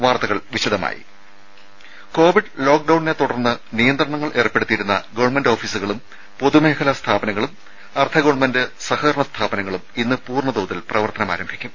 വാർത്തകൾ വിശദമായി കോവിഡ് ലോക്ഡൌണിനെത്തുടർന്ന് നിയന്ത്രണങ്ങൾ ഏർപ്പെടുത്തിയിരുന്ന ഗവൺമെന്റ് ഓഫീസുകളും പൊതുമേഖലാ സ്ഥാപനങ്ങളും അർദ്ധ ഗവൺമെന്റ് സഹകരണ സ്ഥാപനങ്ങളും ഇന്ന് പൂർണ്ണതോതിൽ പ്രവർത്തനം ആരംഭിക്കും